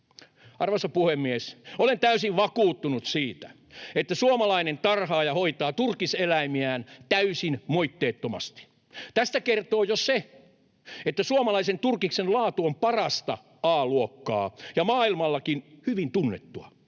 Arvoisa puhemies! Olen täysin vakuuttunut siitä, että suomalainen tarhaaja hoitaa turkiseläimiään täysin moitteettomasti. Tästä kertoo jo se, että suomalaisen turkiksen laatu on parasta A-luokkaa ja maailmallakin hyvin tunnettua.